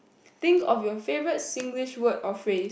think of your favorite Singlish word or phrase